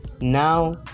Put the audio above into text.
now